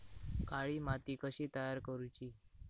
काळी माती कशी तयार करूची?